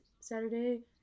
Saturday